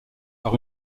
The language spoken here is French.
par